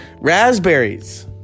raspberries